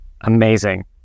Amazing